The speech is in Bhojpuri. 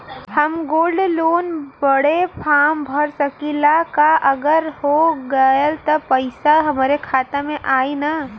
हम गोल्ड लोन बड़े फार्म भर सकी ला का अगर हो गैल त पेसवा हमरे खतवा में आई ना?